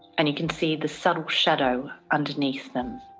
and you can see the subtle shadow underneath them.